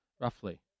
roughly